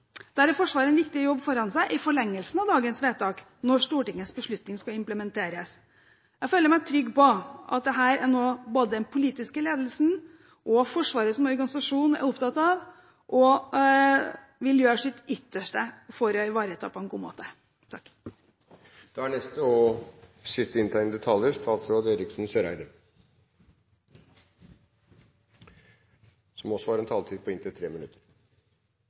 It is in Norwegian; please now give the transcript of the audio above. Der har Forsvaret en viktig jobb foran seg i forlengelsen av dagens vedtak når Stortingets beslutning skal implementeres. Jeg føler meg trygg på at dette er noe både den politiske ledelsen og Forsvaret som organisasjon er opptatt av, og vil gjøre sitt ytterste for å ivareta på en god måte. Jeg er